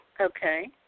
Okay